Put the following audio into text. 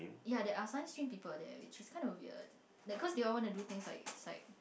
ya there are science stream people there which is kind of weird like cause they all want to do things like